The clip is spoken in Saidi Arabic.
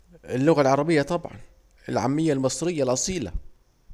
اللغة العربية طبعا، العامية المصرية الاصيلة